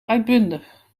uitbundig